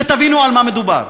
שתבינו על מה מדובר.